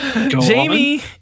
Jamie